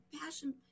passion